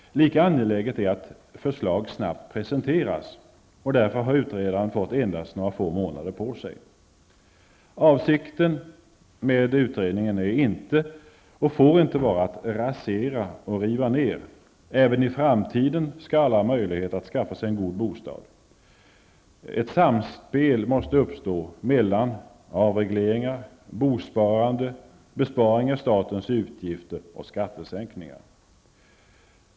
Lika angeläget är att ett förslag snabbt presenteras, och därför har utredaren fått endast några få månader på sig. Avsikten med utredningen är inte, och får inte vara, att rasera och riva ner. Även i framtiden skall alla ha möjlighet att skaffa sig en god bostad. Ett samspel måste uppstå mellan avregleringar, bosparande, besparingar i statens utgifter och skattesänkningar.